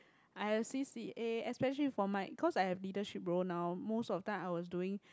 I C_C_A especially for my cause I have leadership role now most of the time I was doing